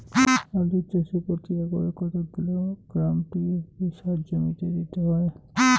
আলু চাষে প্রতি একরে কত কিলোগ্রাম টি.এস.পি সার জমিতে দিতে হয়?